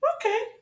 Okay